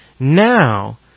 Now